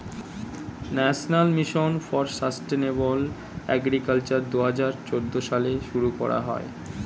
national mission for sustainable agriculture দুহাজার চৌদ্দ সালে শুরু করা হয়